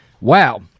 Wow